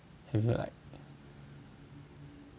if you like